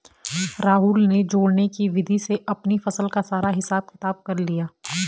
राहुल ने जोड़ने की विधि से अपनी फसल का सारा हिसाब किताब कर लिया